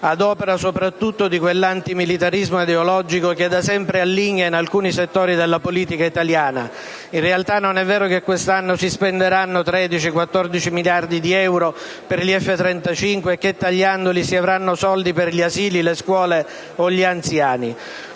ad opera soprattutto di quell'antimilitarismo ideologico che da sempre alligna in alcuni settori della politica italiana. In realtà, non è vero che quest'anno si spenderanno 13-14 miliardi di euro per gli F-35 e che tagliandoli si avranno soldi per gli asili, le scuole o gli anziani.